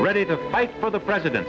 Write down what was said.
ready to fight for the presiden